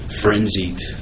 frenzied